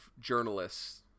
journalists